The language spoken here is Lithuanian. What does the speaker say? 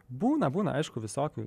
būna būna aišku visokių